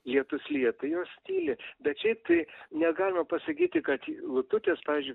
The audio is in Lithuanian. lietus lyja tai jos tyli bet šiaip tai negalima pasakyti kad lututės pavyzdžiui